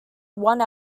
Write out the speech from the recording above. one